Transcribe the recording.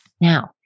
Now